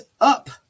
up